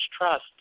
trust